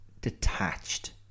detached